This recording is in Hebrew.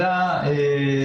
סעיף,